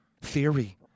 theory